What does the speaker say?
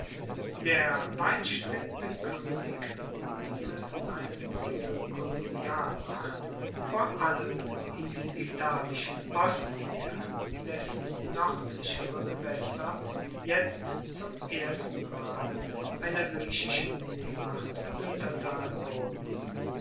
der weitstrebende koenig gruendete seine neue kolonialmacht vor allem in dem italischen ostmeer dessen noerdlichere gewaesser jetzt zum erstenmal einer griechischen seemacht untertan wurden